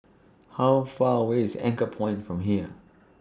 How Far away IS Anchorpoint from here